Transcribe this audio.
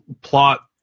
Plot